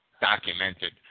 documented